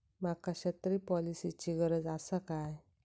माका छत्री पॉलिसिची गरज आसा काय?